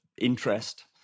interest